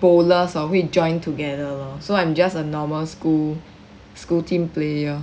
bowlers hor 会 join together lor so I'm just a normal school school team player